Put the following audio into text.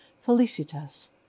Felicitas